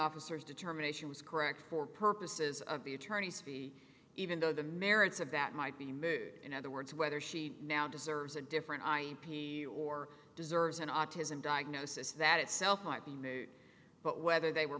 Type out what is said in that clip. officers determination was correct for purposes of the attorney's fee even though the merits of that might be in other words whether she now deserves a different ip or deserves an autism diagnosis that itself heart but whether they were